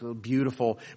beautiful